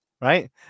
right